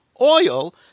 oil